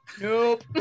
Nope